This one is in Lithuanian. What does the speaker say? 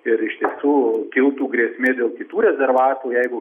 ir iš tiesų kiltų grėsmė dėl kitų rezervatų jeigu